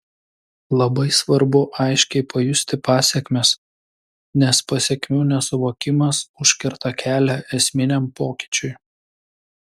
labai svarbu aiškiai pajusti pasekmes nes pasekmių nesuvokimas užkerta kelią esminiam pokyčiui